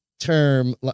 term